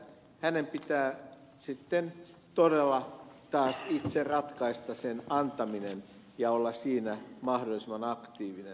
hänen pitää sitten todella taas itse ratkaista sen antaminen ja olla siinä mahdollisimman aktiivinen